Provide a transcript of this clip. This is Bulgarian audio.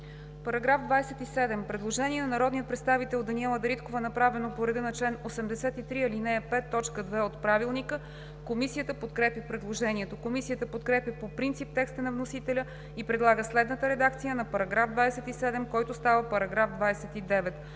По § 27 има предложение на народния представител Даниела Дариткова, направено по реда на чл. 83, ал. 5, т. 2 от Правилника. Комисията подкрепя предложението. Комисията подкрепя по принцип текста на вносителя и предлага следната редакция на § 27, който става § 29: „§ 29.